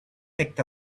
picked